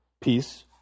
peace